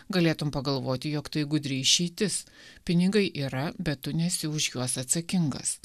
galėtum pagalvoti jog tai gudri išeitis pinigai yra bet tu nesi už juos atsakingas